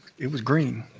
it was green.